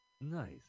Nice